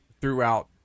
throughout